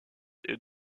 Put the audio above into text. est